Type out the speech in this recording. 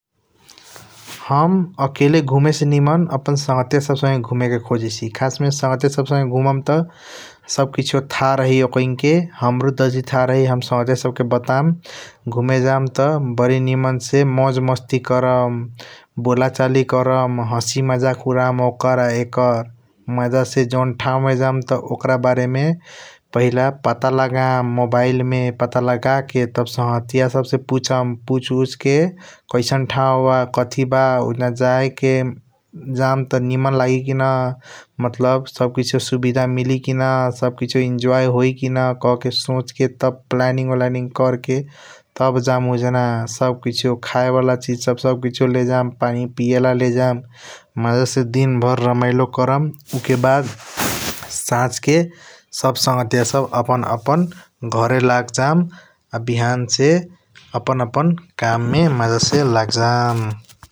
हम एकेले घूमे से निमन संघटिया सब संगे घूमे के सोचाईसी खसस मे संघटिया सब संगे घुमम त सब किसीओ थाह रहैया ओकैनके । हाम्रो जतही थाह रही हम संघटिया सब के बताम घूमे जाम त बारी निमन से मोजज़ मस्ती कर्म बोल चली कर्म हसी मजका उद्यम ओकर यकर । मज़ा से जॉन ठाऊ मे जाम त ओकर बरेमे पहिला पता लेम मोईबीले पता लगाके तब संघटिया सब से पुसम पुस उस के कैसन ठाऊ बा कथी बा । उजान जाम त निमन सुभीड़ मिली की ना सब किसियों इन्जॉय होइए की ना कहके सोच के प्लैनिंग ओलांनीनग कर के तब जाम उजान सब किसियों । खाया वाला चीज सब किसीओ लेजम पनि पिया वाला लेजम मज़ा से दिन व्यर रमाइलो कर्म उके बाद सजह के सब संघटिया सब घरे लगजम बिहान से सब आपण आपण काम मे । मज़ा से लगल जाम ।